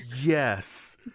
yes